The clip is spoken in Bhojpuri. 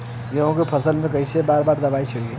गेहूँ के फसल मे कई बार दवाई छिड़की?